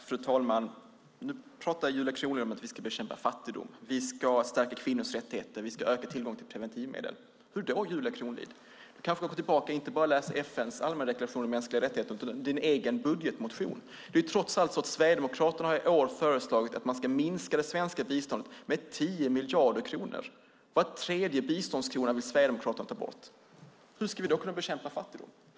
Fru talman! Nu säger Julia Kronlid att vi ska bekämpa fattigdomen, stärka kvinnors rättigheter, öka tillgången till preventivmedel. Hur då, Julia Kronlid? Du kanske inte bara ska läsa FN:s allmänna deklaration om mänskliga rättigheter utan också din egen budgetmotion. Sverigedemokraterna har i år föreslagit en minskning av det svenska biståndet med 10 miljarder kronor. Var tredje biståndskrona vill Sverigedemokraterna ta bort. Hur ska vi då kunna bekämpa fattigdomen?